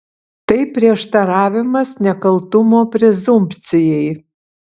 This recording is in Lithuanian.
tai prieštaravimas nekaltumo prezumpcijai